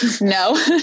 No